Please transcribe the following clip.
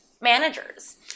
managers